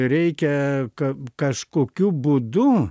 reikia ka kažkokiu būdu